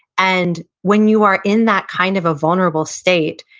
and when you are in that kind of a vulnerable state,